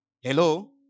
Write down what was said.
Hello